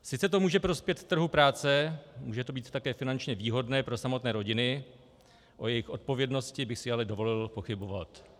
Sice to může prospět trhu práce, může to být také finančně výhodné pro samotné rodiny, o jejich odpovědnosti bych si ale dovolil pochybovat.